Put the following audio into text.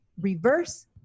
reverse